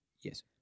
Yes